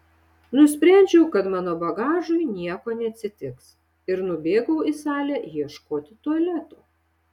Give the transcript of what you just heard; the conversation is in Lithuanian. nusprendžiau kad mano bagažui nieko neatsitiks ir nubėgau į salę ieškoti tualeto